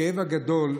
הכאב הגדול,